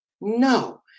no